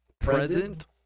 present